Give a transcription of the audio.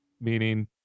meaning